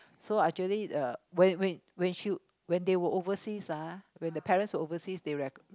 so actually uh when when when she when they were overseas ah when the parents overseas they re~